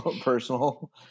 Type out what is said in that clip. personal